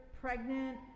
pregnant